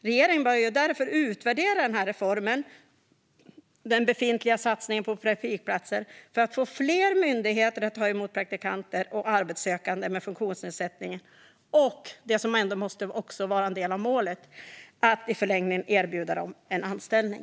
Regeringen bör därför utvärdera reformen, alltså den befintliga satsningen på praktikplatser, för att få fler myndigheter att ta emot praktikanter och arbetssökande med funktionsnedsättning och - vilket också måste vara en del av målet - i förlängningen erbjuda dem anställning.